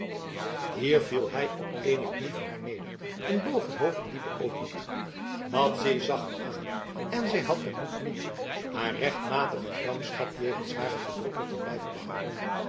hier viel hij op ééne knie voor haar neder en boog het hoofd in diepen ootmoed madzy zag hem aan en zij had den moed niet haar rechtmatige gramschap jegens haren verdrukker te blijven behouden